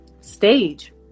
stage